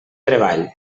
treball